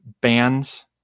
bands